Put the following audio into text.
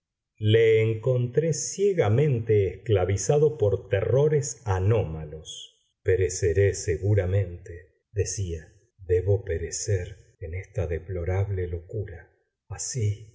le encontré ciegamente esclavizado por terrores anómalos pereceré seguramente decía debo perecer en esta deplorable locura así